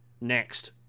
next